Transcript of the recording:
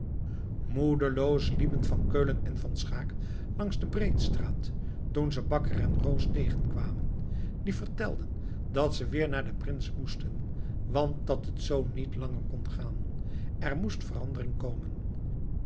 moedeloos liepen van keulen en van schaeck langs de breedstraat toen ze bakker en roos tegenkwamen die vertelden dat ze weer naar den prins moesten want dat het zoo niet langer kon gaan er moest verandering komen